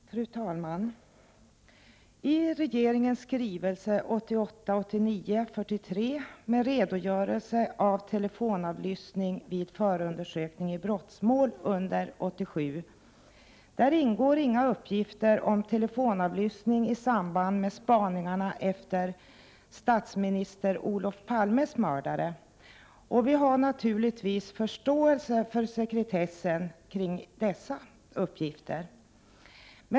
Fru talman! I regeringens skrivelse 1988/89:43 med redogörelse för telefonavlyssning vid förundersökning i brottmål under 1987 ingår inga uppgifter om telefonavlyssning i samband med spaningarna efter statsminister Olof Palmes mördare. Vi har naturligtvis förståelse för sekretessen kring dessa uppgifter.